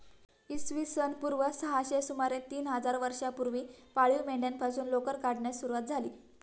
इसवी सन पूर्व सहाशे सुमारे तीन हजार वर्षांपूर्वी पाळीव मेंढ्यांपासून लोकर काढण्यास सुरवात झाली